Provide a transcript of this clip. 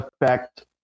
affect